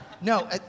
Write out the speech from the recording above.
no